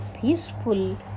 peaceful